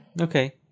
Okay